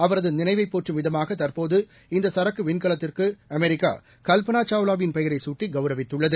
அவரது நிளைவைப் போற்றும் விதமாக தற்போது இந்த சரக்கு விண்கலத்திற்கு அமெரிக்கா கல்பனா சாவ்லாவின் பெயரை சூட்டி கௌரவித்துள்ளது